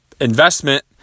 investment